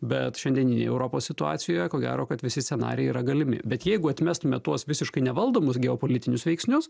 bet šiandieninėje europos situacijoje ko gero kad visi scenarijai yra galimi bet jeigu atmestume tuos visiškai nevaldomus geopolitinius veiksnius